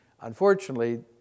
Unfortunately